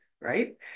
right